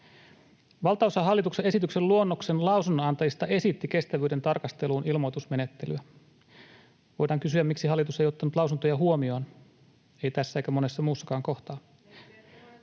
Valtaosa hallituksen esityksen luonnoksen lausunnonantajista esitti kestävyyden tarkastelun ilmoitusmenettelyä. Voidaan kysyä, miksi hallitus ei ottanut lausuntoja huomioon, ei tässä eikä monessa muussakaan kohtaa.